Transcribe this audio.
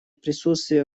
присутствие